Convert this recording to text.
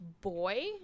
boy